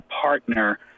partner